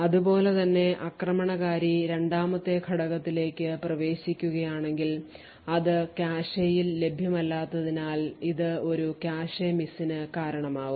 അതുപോലെ തന്നെ ആക്രമണകാരി രണ്ടാമത്തെ ഘടകത്തിലേക്ക് പ്രവേശിക്കുകയാണെങ്കിൽ അത് കാഷെയിൽ ലഭ്യമല്ലാത്തതിനാൽ ഇത് ഒരു കാഷെ miss നു കാരണമാവും